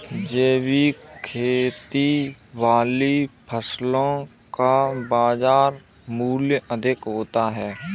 जैविक खेती वाली फसलों का बाजार मूल्य अधिक होता है